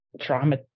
trauma